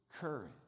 courage